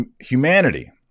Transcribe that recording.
humanity